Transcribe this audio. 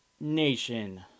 nation